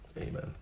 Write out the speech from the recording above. Amen